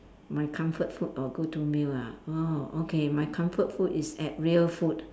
my comfort food or go to meal ah oh okay my comfort food is at real food